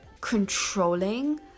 controlling